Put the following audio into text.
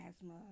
asthma